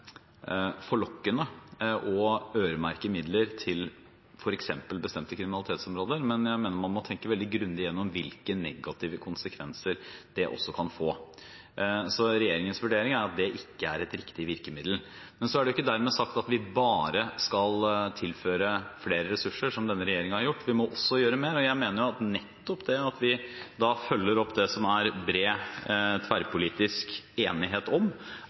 å øremerke midler til f.eks. bestemte kriminalitetsområder, men jeg mener man må tenke veldig grundig igjennom hvilke negative konsekvenser det kan få. Regjeringens vurdering er at det ikke er et riktig virkemiddel, men det er ikke dermed sagt at vi bare skal tilføre flere ressurser, som denne regjeringen har gjort, vi må også gjøre mer. Jeg mener at nettopp det at vi følger opp det som det er bred tverrpolitisk enighet om,